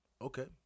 Okay